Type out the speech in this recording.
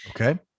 Okay